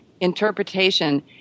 interpretation